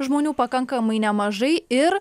žmonių pakankamai nemažai ir